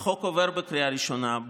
החוק עובר בקריאה ראשונה,